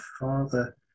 father